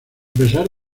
pesar